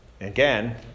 Again